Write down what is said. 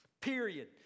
Period